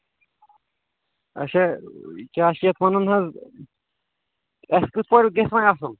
اچھا کیٛاہ چھِ یَتھ وَنان حظ اَسہِ کِتھ پٲٹھۍ گژھِ وۄنۍ اَصٕل